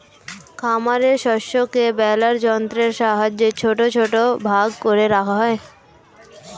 খামারের শস্যকে বেলার যন্ত্রের সাহায্যে ছোট ছোট ভাগ করে রাখা হয়